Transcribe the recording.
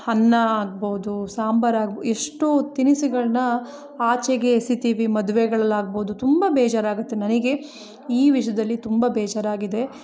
ಅನ್ನ ಆಗ್ಬೌದು ಸಾಂಬಾರ್ ಆಗ್ಬ ಎಷ್ಟೋ ತಿನಿಸುಗಳನ್ನ ಆಚೆಗೆ ಎಸಿತೀವಿ ಮದ್ವೇಗಳಲ್ಲಿ ಆಗ್ಬೌದು ತುಂಬ ಬೇಜಾರು ಆಗುತ್ತೆ ನನಗೆ ಈ ವಿಷಯದಲ್ಲಿ ತುಂಬ ಬೇಜಾರಾಗಿದೆ